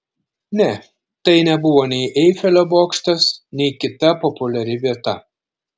ne tai nebuvo nei eifelio bokštas nei kita populiari vieta